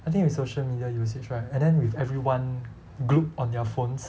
I think with social media usage right and then with everyone glued on their phones